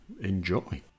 Enjoy